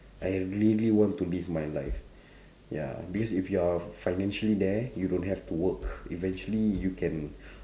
I really want to live my life ya because if you are financially there you don't have to work eventually you can